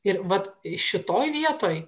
ir vat šitoj vietoj